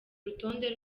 urutonde